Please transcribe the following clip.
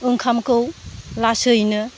ओंखामखौ लासैनो